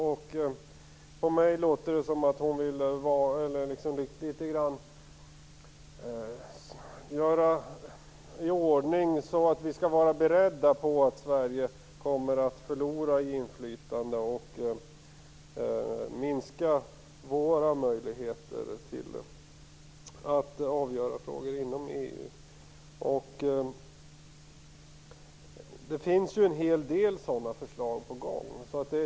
För mig låter det som om hon vill förbereda oss på att Sverige kommer att förlora i inflytande och att våra möjligheter att avgöra frågor inom EU kommer att minska. En hel del sådana förslag är på gång.